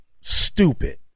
stupid